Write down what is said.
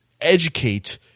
educate